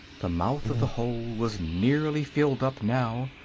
the mouth of the hole was nearly filled up now,